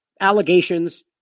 allegations